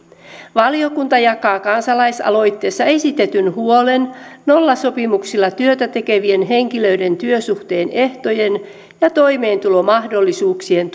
valiokunta jakaa kansalaisaloitteessa esitetyn huolen nollasopimuksilla työtä tekevien henkilöiden työsuhteen ehtojen ja toimeentulomahdollisuuksien